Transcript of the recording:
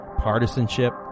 partisanship